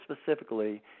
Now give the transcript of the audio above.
specifically